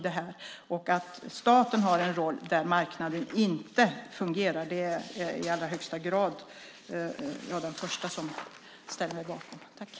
Jag är den första som ställer mig bakom att staten har en roll där marknaden inte fungerar.